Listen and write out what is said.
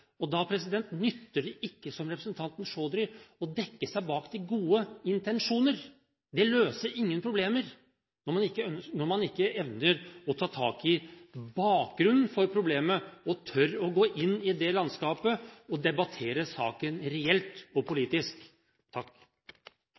dette. Da nytter det ikke, som representanten Chaudhry gjør, å dekke seg bak de gode intensjoner – det løser ingen problemer – når man ikke evner å ta tak i bakgrunnen for problemet, og tør å gå inn i det landskapet og debattere saken reelt og